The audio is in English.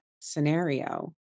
scenario